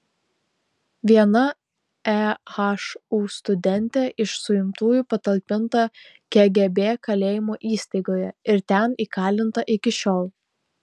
viena ehu studentė iš suimtųjų patalpinta kgb kalėjimo įstaigoje ir ten įkalinta iki šiol